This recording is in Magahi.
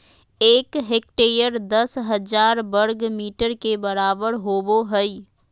एक हेक्टेयर दस हजार वर्ग मीटर के बराबर होबो हइ